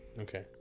Okay